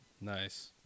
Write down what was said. Nice